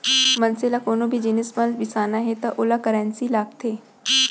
मनसे ल कोनो भी जिनिस ल बिसाना हे त ओला करेंसी लागथे